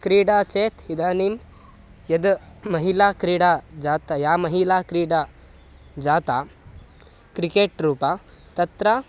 क्रीडा चेत् इदानीं यत् महिला क्रीडा जाता या महिला क्रीडा जाता क्रिकेट् रूपं तत्र